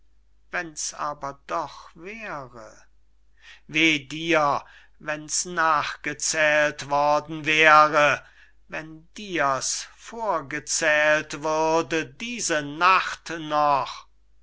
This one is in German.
wenn's aber doch wäre weh dir wenn's nachgezählt worden wäre wenn's dir vorgezählt würde diese nacht noch